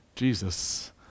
Jesus